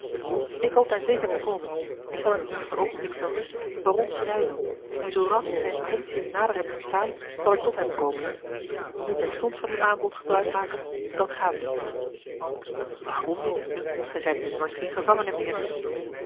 ik hoop daar zeker te komen ik zal in t eerste oogenblik van rust den baron schrijven en zoo ras ik zijne intentiën nader heb verstaan zal ik tot hem komen nu terstond van uw aanbod gebruik maken dat gaat niet waarom niet gij zijt nu immers geen gevangene meer